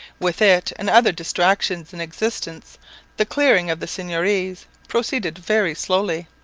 with it and other distractions in existence the clearing of the seigneuries proceeded very slowly.